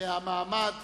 מהמעמד